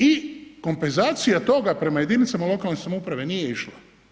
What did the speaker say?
I kompenzacija toga prema jedinicama lokalne samouprave nije išla.